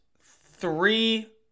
three